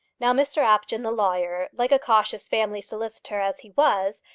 now mr apjohn, the lawyer, like a cautious family solicitor as he was,